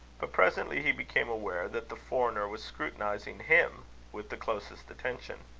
but presently he became aware that the foreigner was scrutinizing him with the closest attention.